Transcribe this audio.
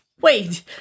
Wait